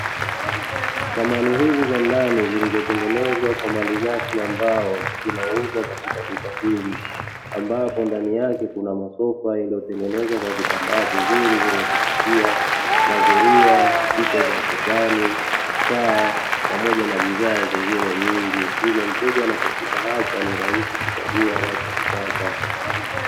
Samani hizi za ndani zilizotengenezwa kwa malighafi ya mbao zinakuzwa katika duka hili, ambapo ndani yake kuna masofa yaliyotengenezwa kwa vitambaa vizuri vyenye kuvutia, mazulia, picha za ukutani, taa pamoja na bidhaa zingine nyingi hivyo mteja anapofika hapa ni rahisi kuchagua anachokitaka.